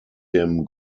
dem